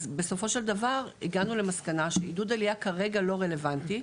אז בסופו של דבר הגענו למסקנה שעידוד עלייה כרגע הוא לא רלוונטי,